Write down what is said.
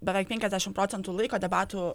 beveik penkiasdešim procentų laiko debatų